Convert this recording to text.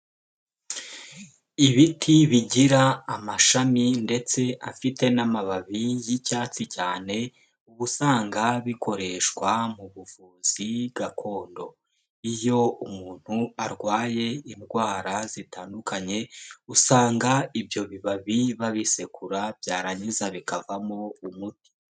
Ibiti bigira amashami ndetse afite n'amababi y'icyatsi cyane, ubu usanga bikoreshwa mu buvuzi gakondo, iyo umuntu arwaye indwara zitandukanye, usanga ibyo bibabi babisekura byarangiza bikavamo umuti.